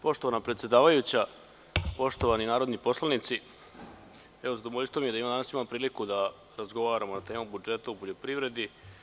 Poštovana predsedavajuća, poštovani narodni poslanici, zadovoljstvo mi je da danas imam priliku da razgovaramo na temu budžeta u poljoprivredi.